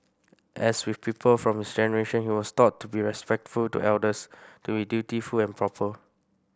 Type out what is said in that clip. as with people from his generation he was taught to be respectful to elders to dutiful and proper